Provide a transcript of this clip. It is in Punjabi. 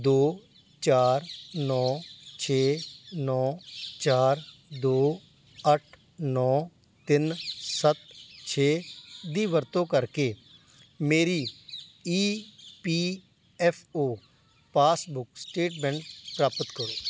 ਦੋ ਚਾਰ ਨੌਂ ਛੇ ਨੌਂ ਚਾਰ ਦੋ ਅੱਠ ਨੌਂ ਤਿੰਨ ਸੱਤ ਛੇ ਦੀ ਵਰਤੋਂ ਕਰਕੇ ਮੇਰੀ E P F O passbook statement ਪ੍ਰਾਪਤ ਕਰੋ